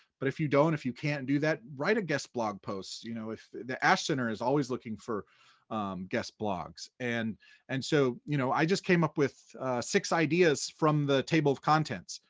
but if you don't, if you can't do that, write a guest blog post. you know the ash center is always looking for guest blogs. and and so you know i just came up with six ideas from the table of contents.